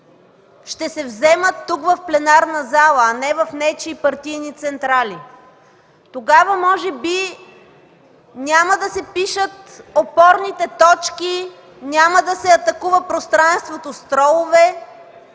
ще се вземат тук, в пленарната зала, а не в нечии партийни централи. Тогава може би няма да се пишат опорните точки, няма да се атакува пространството с тролове